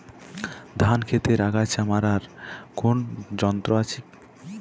ধান ক্ষেতের আগাছা মারার কোন যন্ত্র আছে?